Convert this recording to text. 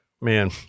man